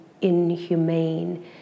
inhumane